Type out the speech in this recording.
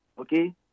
Okay